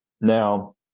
Now